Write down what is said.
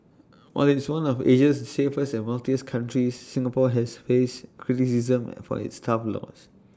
while it's one of Asia's safest and wealthiest countries Singapore has faced criticism and for its tough laws